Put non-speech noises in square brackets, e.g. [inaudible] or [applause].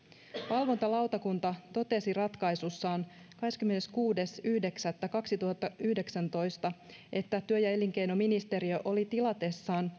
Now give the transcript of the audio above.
valvontalautakunta totesi ratkaisussaan kahdeskymmeneskuudes yhdeksättä kaksituhattayhdeksäntoista että työ ja elinkeinoministeriö oli tilatessaan [unintelligible]